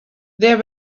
there